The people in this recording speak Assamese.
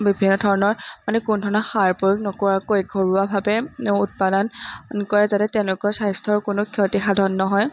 বিভিন্ন ধৰণৰ মানে কোনো ধৰণৰ সাৰ প্ৰয়োগ নকৰাকৈ ঘৰুৱাভাৱে উৎপাদন কৰে যাতে তেওঁলোকৰ স্বাস্থ্যৰ কোনো ক্ষতিসাধন নহয়